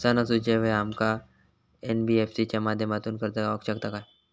सणासुदीच्या वेळा आमका एन.बी.एफ.सी च्या माध्यमातून कर्ज गावात शकता काय?